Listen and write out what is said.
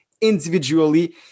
individually